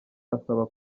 asaba